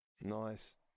nice